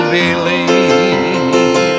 believe